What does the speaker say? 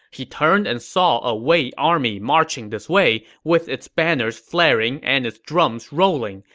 he turned and saw a wei army marching this way with its banners flaring and its drums rolling.